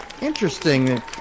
Interesting